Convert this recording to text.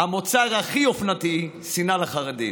המוצר הכי אופנתי: שנאה לחרדים.